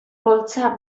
poltsa